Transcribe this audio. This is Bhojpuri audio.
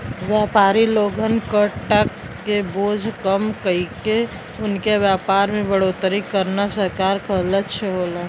व्यापारी लोगन क टैक्स क बोझ कम कइके उनके व्यापार में बढ़ोतरी करना सरकार क लक्ष्य होला